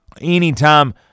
anytime